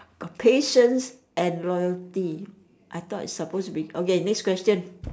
patience and loyalty I thought it's supposed to be okay next question